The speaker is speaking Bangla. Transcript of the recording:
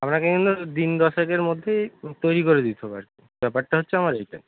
আপনাকে কিন্তু দিন দশেকের মধ্যেই তৈরি করে দিতে হবে আর কি ব্যাপারটা হচ্ছে আমার এইটাই